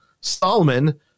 Solomon